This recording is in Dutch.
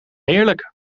heerlijk